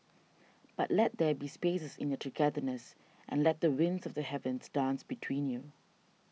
but let there be spaces in your togetherness and let the winds of the heavens dance between you